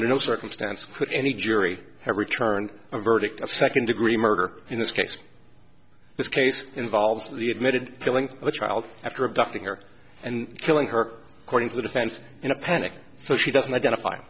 under no circumstance could any jury have returned a verdict of second degree murder in this case this case involves the admitted killing of a child after abducting her and killing her according to the defense in a panic so she doesn't identify